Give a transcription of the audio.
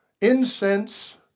incense